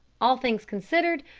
all things considered,